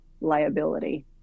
liability